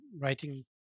writing